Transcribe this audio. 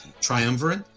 triumvirate